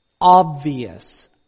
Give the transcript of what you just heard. obvious